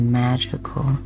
magical